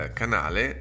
canale